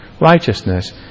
righteousness